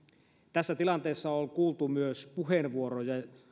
tässä tilanteessa on kuultu myös puheenvuoroja